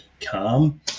calm